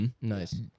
Nice